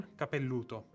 capelluto